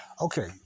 Okay